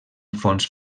fons